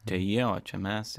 čia jo čia mes